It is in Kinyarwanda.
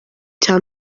cya